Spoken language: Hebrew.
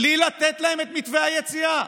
בלי לתת להם את מתווה היציאה.